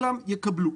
וכולם יקבלו.